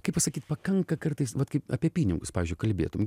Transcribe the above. kaip pasakyt pakanka kartais vat kaip apie pinigus pavyzdžiui kalbėtum